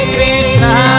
Krishna